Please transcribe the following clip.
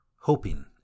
hoping